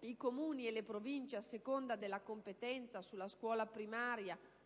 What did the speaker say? i Comuni e le Province, a seconda della competenza sulla scuola primaria